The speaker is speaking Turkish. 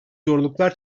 zorluklar